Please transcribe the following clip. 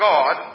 God